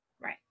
right